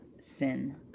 sin